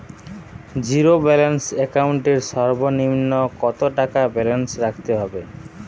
Zero balance account এর সর্বনিম্ন কত টাকা ব্যালেন্স রাখতে হবে?